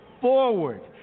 forward